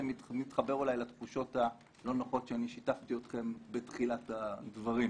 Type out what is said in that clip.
זה אולי מתחבר לתחושות הלא נוחות שאני שיתפתי אתכם בתחילת הדברים.